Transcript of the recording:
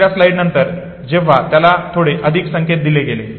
दुसर्या स्लाइड नंतर जेव्हा त्याला थोडे अधिक संकेत दिले गेले